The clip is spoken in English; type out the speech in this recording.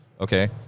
Okay